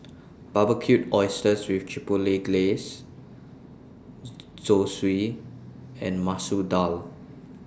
Barbecued Oysters with Chipotle Glaze Zosui and Masoor Dal